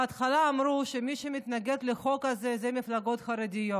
בהתחלה אמרו שמי שמתנגד לחוק הזה זה מפלגות חרדיות,